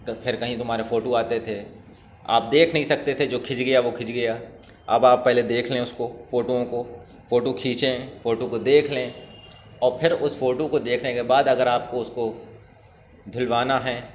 پھر کہیں تمہارے فوٹو آتے تھے آپ دیکھ نہیں سکتے تھے کہ جو کھنچ گیا وہ کھنچ گیا اب آپ پہلے دیکھ لیں اس کو فوٹوؤں کو فوٹو کھینچیں فوٹو کو دکھ لیں اور پھر اس فوٹو کو دیکھنے کے بعد اگر آپ کو اس کو دھلوانا ہے